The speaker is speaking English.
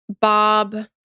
Bob